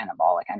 anabolic